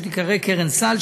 שתיקרא קרן סל,